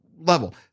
level